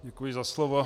Děkuji za slovo.